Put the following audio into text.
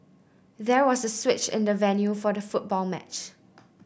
there was a switch in the venue for the football match